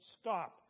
stop